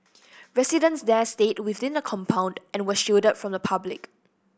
residents there stayed within the compound and were shielded from the public